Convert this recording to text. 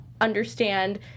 understand